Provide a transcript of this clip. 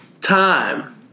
time